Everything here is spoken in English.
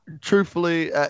Truthfully